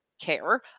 Care